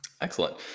excellent